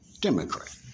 Democrat